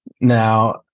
Now